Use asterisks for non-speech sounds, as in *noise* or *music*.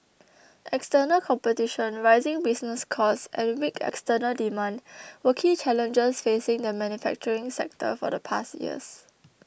*noise* external competition rising business costs and weak external demand *noise* were key challenges facing the manufacturing sector for the past years